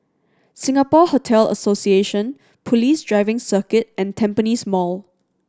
Singapore Hotel Association Police Driving Circuit and Tampines Mall